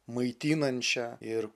maitinančią ir